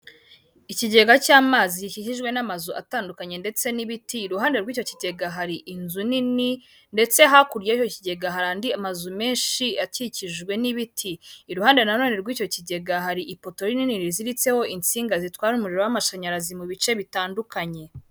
Ikigega cy'amazi gikikijwe n'amazu atandukanye ndetse n'ibiti, iruhande rw'icyo kigega hari inzu nini, ndetse hakurya y'ikigega hari andi amazu menshi akikijwe n'ibiti, iruhande na none rw'icyo kigega hari ipoto rinini riziritseho insinga zitwara umuriro w'amashanyarazi mu bice bitandukanye.